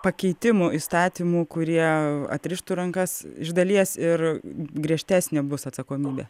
pakeitimų įstatymų kurie atrištų rankas iš dalies ir griežtesnė bus atsakomybė